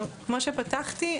כמו שפתחתי,